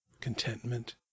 contentment